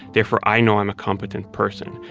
therefore, i know i'm a competent person.